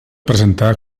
presentar